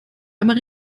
einmal